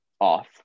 off